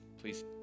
please